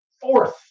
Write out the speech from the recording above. fourth